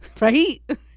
Right